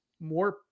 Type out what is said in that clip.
more